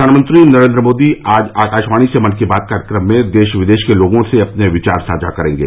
प्रधानमंत्री नरेन्द्र मोदी आज आकाशवाणी से मन की बात कार्यक्रम में देश विदेश के लोगों से अपने विचार साझा करेंगे